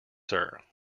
sir